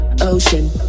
Ocean